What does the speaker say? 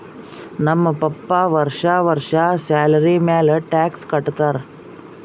ನಮ್ ಪಪ್ಪಾ ವರ್ಷಾ ವರ್ಷಾ ಸ್ಯಾಲರಿ ಮ್ಯಾಲ ಟ್ಯಾಕ್ಸ್ ಕಟ್ಟತ್ತಾರ